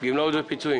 גמלאות ופיצויים?